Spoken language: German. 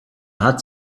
hat